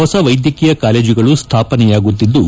ಹೊಸ ವೈದ್ಯಕೀಯ ಕಾಲೇಜುಗಳು ಸ್ಥಾಪನೆಯಾಗುತ್ತಿದ್ದು